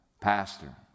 pastor